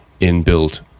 inbuilt